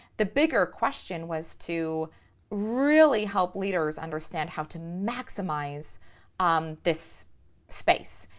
the bigger question was to really help leaders understand how to maximize um this space.